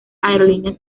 aerolínea